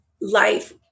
life